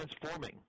transforming